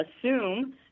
assume